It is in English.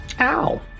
Ow